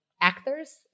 actors